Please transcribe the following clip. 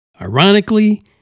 Ironically